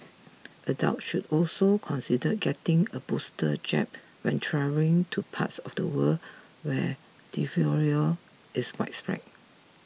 adults should also consider getting a booster jab when travelling to parts of the world where diphtheria is widespread